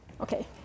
Okay